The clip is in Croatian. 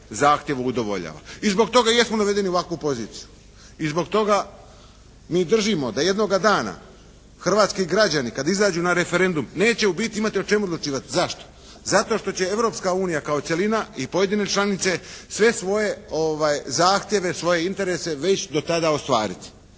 zahtjevu udovoljava. I zbog toga jesmo dovedeni u ovakvu poziciju. I zbog toga mi držimo da jednoga dana hrvatski građani kad izađu na referendum neće u biti imati o čemu odlučivati. Zašto? Zato što će Europska unija kao cjelina i pojedine članice sve svoje zahtjeve, svoje interese već do tada ostvariti,